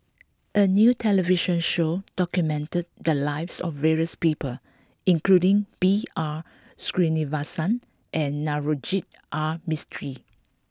a new television show documented the lives of various people including B R Sreenivasan and Navroji R Mistri